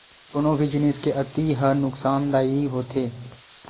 कोनो भी जिनिस के अति ह नुकासानदायी होथे